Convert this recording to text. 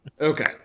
Okay